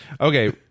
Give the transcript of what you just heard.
okay